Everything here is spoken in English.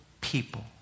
people